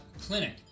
Clinic